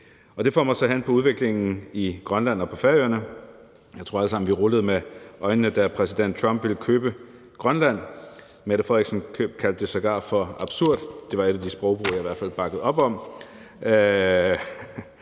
Det får mig så hen til udviklingen i Grønland og på Færøerne. Jeg tror, vi alle sammen rullede med øjnene, da præsident Trump ville købe Grønland. Mette Frederiksen kaldte det sågar for absurd. Det var en sprogbrug, jeg i hvert fald bakkede op om.